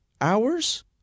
hours